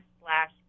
slash